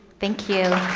thank you.